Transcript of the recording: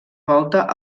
volta